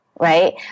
Right